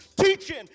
teaching